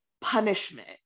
punishment